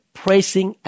praising